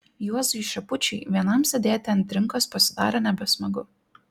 juozui šepučiui vienam sėdėti ant trinkos pasidarė nebesmagu